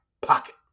pocket